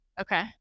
Okay